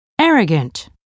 Arrogant